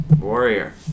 Warrior